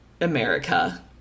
America